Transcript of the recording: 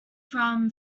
from